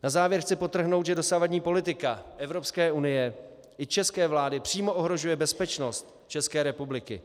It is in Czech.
Na závěr chci podtrhnout, že dosavadní politika Evropské unie i české vlády přímo ohrožuje bezpečnost České republiky.